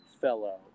fellow